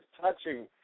touching